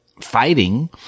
fighting